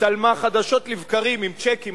הצטלמה חדשות לבקרים עם צ'קים,